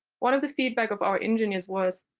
one of the feedback of our engineers was,